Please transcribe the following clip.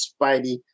Spidey